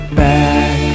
back